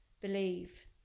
believe